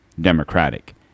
Democratic